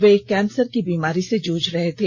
वे cancer की बीमारी से जूझ रहे थे